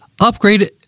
upgrade